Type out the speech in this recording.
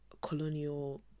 colonial